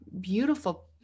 beautiful